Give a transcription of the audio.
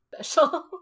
special